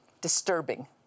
disturbing